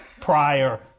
prior